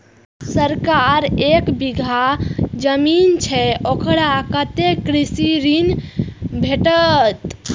जकरा एक बिघा जमीन छै औकरा कतेक कृषि ऋण भेटत?